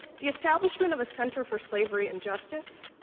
the establishment of a center for slavery and justice,